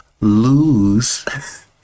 lose